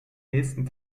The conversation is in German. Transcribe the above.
nächsten